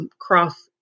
cross